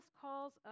calls